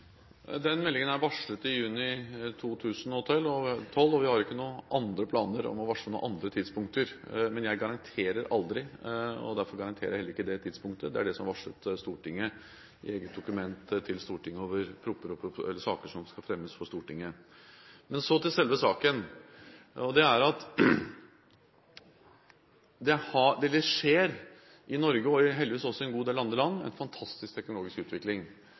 Den meldingen er varslet i juni 2012, og vi har ikke planer om å varsle noe annet tidspunkt. Men jeg garanterer aldri, og derfor garanterer jeg heller ikke det tidspunktet. Det er det som er varslet Stortinget i eget dokument over saker som skal fremmes for Stortinget. Men så til selve saken: I Norge og heldigvis også i en god del andre land skjer det en fantastisk teknologisk utvikling